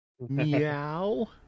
Meow